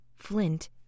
flint